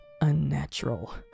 unnatural